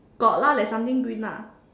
got lah there's something green ah